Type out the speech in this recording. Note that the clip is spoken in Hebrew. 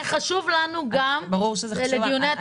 זה חשוב לנו גם לדיוני התקציב.